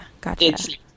Gotcha